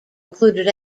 included